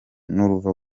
n’uruva